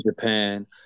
japan